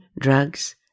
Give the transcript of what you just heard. drugs